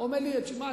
אומר לי: תשמע,